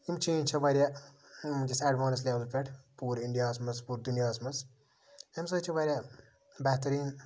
یِم چینج چھےٚ واریاہ وٕنکیٚس ایڈوانٔس لٮ۪ولہِ پٮ۪ٹھ پوٗرٕ اِنڈیاہَس منٛز پوٗرٕ دُنیاہَس منٛز اَمہِ سۭتۍ چھِ واریاہ بہتٔریٖن